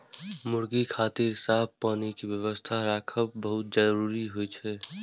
मुर्गी खातिर साफ पानी के व्यवस्था राखब बहुत जरूरी होइ छै